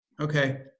Okay